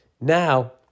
Now